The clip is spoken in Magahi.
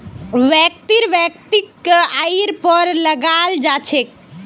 व्यक्तिर वैयक्तिक आइर पर कर लगाल जा छेक